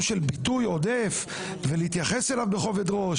של ביטוי עודף ולהתייחס אליו בכובד ראש.